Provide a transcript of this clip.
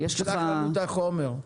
שלח לנו את החומר.